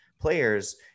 players